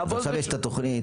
לעבוד --- עכשיו יש את התוכנית,